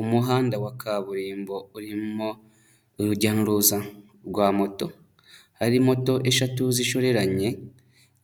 Umuhanda wa kaburimbo urimo urujya n'uruza rwa moto. Hari moto eshatu zishoreranye,